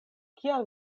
kial